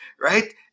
right